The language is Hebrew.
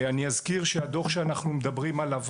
אני אזכיר שהדוח שאנחנו מדברים עליו